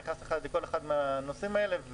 נכנס לכל אחד מהנושאים האלה,